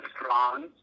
strong